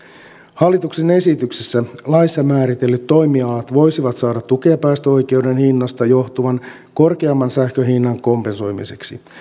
hallituksen esityksessä laissa määritellyt toimialat voisivat saada tukea päästöoikeuden hinnasta johtuvan korkeamman sähkönhinnan kompensoimiseksi